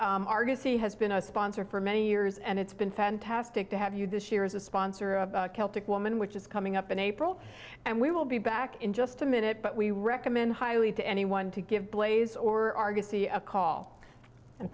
argosy has been a sponsor for many years and it's been fantastic to have you this year is a sponsor of celtic woman which is coming up in april and we will be back in just a minute but we recommend highly to anyone to give blaze or argosy a call and